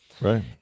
Right